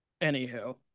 Anywho